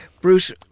Bruce